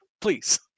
please